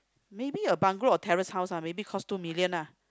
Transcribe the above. maybe a bungalow or terrace house lah maybe costs two million ah